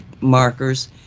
markers